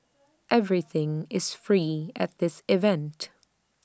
everything is free at this event